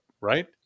Right